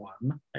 one